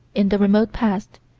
in the remote past,